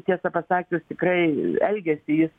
tiesą pasakius tikrai elgiasi jis